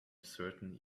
certain